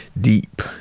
deep